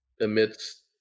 amidst